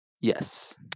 yes